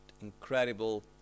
incredible